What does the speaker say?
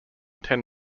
ten